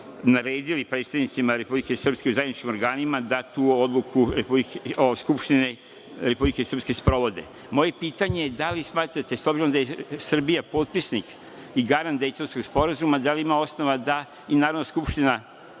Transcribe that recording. naredili predstavnicima Republike Srpske u zajedničkim organima da tu odluku Skupštine Republike Srpske sprovode. Moje pitanje je da li smatrate, s obzirom da je Srbija potpisnik i garant Dejtonskog sporazuma, da li ima osnova da i Narodna skupština